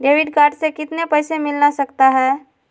Debit card से कितने पैसे मिलना सकता हैं?